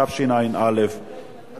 התשע"א 2011,